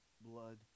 blood